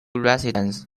residents